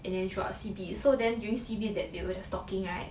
and then throughout C_B so then during C_B that they were just talking right